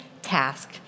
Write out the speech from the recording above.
task